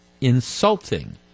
insulting